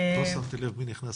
שום PLAN B, מה שנקרא,